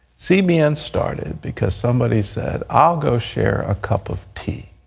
cbn started because somebody said, i'll go share a cup of tea.